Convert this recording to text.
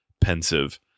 pensive